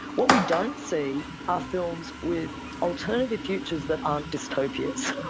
what we don't see are films with alternative futures that aren't dystopias,